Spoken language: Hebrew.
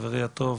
חברי הטוב